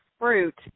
fruit